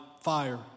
fire